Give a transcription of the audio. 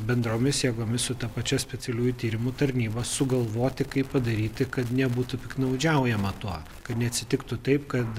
bendromis jėgomis su ta pačia specialiųjų tyrimų tarnyba sugalvoti kaip padaryti kad nebūtų piktnaudžiaujama tuo kad neatsitiktų taip kad